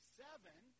seven